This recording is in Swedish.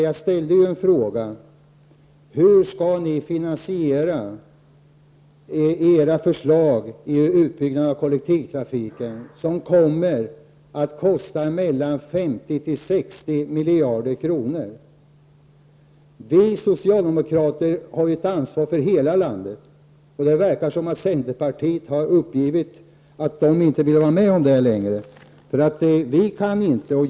Jag ställde en fråga: Hur skall ni finansiera era förslag, en utbyggnad av kollektivtrafiken, som kommer att kosta mellan 50 och 60 miljarder kronor? Vi socialdemokrater har ett ansvar för hela landet. Det verkar som om centerpartiet har givit upp och inte vill vara med om det längre.